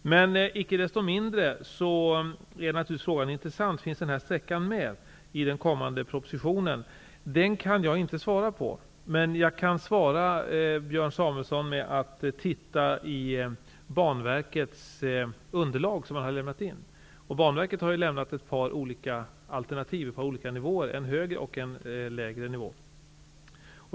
Inte desto mindre är frågan intressant. Finns denna sträcka med i den kommande propositionen? Den frågan kan jag inte svara på, men jag kan hänvisa Björn Samuelson till det underlag som Banverket har lämnat in. Banverket har lämnat in underlag för en högre och för en lägre nivå.